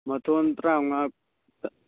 ꯃꯊꯣꯟ ꯇꯔꯥꯃꯉꯥ